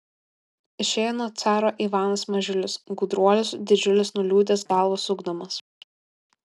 išėjo nuo caro ivanas mažiulis gudruolis didžiulis nuliūdęs galvą sukdamas